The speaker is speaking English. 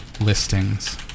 listings